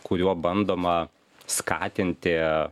kuriuo bandoma skatinti